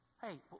Hey